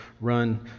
run